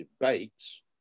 debates